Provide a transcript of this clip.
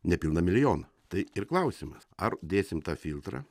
nepilną milijoną tai ir klausimas ar dėsim tą filtrą